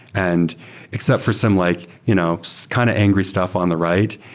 and except for some like you know so kind of angry stuff on the right.